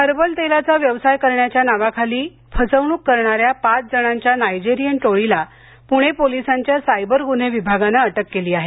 herbal तेलाचा व्यवसाय करण्याच्या नावाखाली फसवणूक करणाऱ्या पाच जणांच्या नायजेरियन टोळीला पूणे पोलिसांच्या सायबर गुन्हे विभागाने अटक केली आहे